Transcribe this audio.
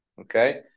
Okay